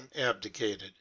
abdicated